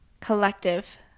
collective